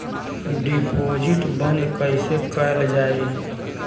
Deposit बंद कैसे कैल जाइ?